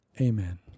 Amen